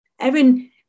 Erin